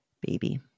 baby